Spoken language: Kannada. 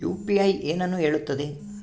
ಯು.ಪಿ.ಐ ಏನನ್ನು ಹೇಳುತ್ತದೆ?